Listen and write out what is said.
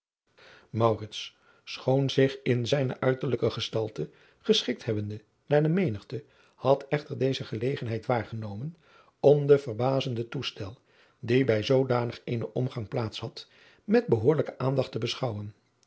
schoon zich in zijne uiterlijke gestalte geschikt hebbende naar de menigte had echter deze gelegenheid waargenomen om den verbazenden toestel die bij zoodanig eenen ommegang plaats had met behoorlijke aandacht te beschouwen